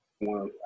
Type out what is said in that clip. one